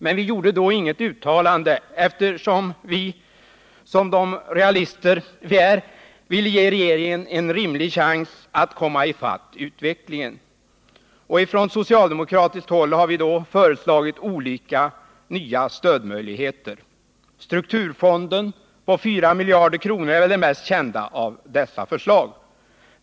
Men vi gjorde då inget uttalande eftersom vi, som de realister vi är, ville ge regeringen en rimlig chans att komma ifatt utvecklingen. Och från socialdemokratiskt håll har vi föreslagit olika nya stödmöjligheter. Strukturfonden på 4 miljarder kronor är väl det mest kända av dessa förslag.